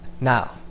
now